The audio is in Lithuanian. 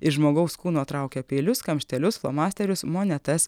iš žmogaus kūno traukia peilius kamštelius flomasterius monetas